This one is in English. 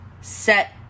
set